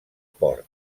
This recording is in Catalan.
port